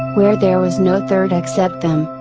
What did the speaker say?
where there was no third except them.